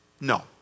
No